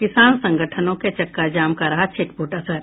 किसान संगठनों के चक्का जाम का रहा छिटपुट असर